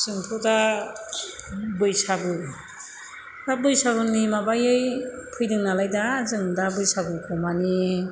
जोंथ' दा बैसागु दा बैसागुनि माबायै फैदों नालाय दा जों दा बैसागुखौ मानि